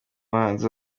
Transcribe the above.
bahanzi